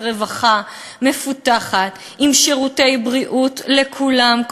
רווחה מפותחת עם שירותי בריאות לכולם,